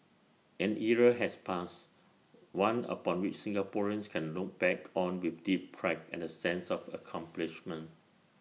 an era has passed one upon which Singaporeans can look back on with deep pride and A sense of accomplishment